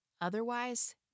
Otherwise